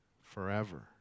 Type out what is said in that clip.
forever